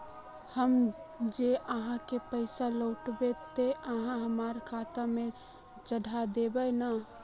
हम जे आहाँ के पैसा लौटैबे ते आहाँ हमरा खाता में चढ़ा देबे नय?